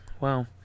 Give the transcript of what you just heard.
Wow